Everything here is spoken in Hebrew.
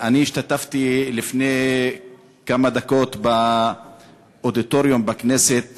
השתתפתי לפני כמה דקות באודיטוריום בכנסת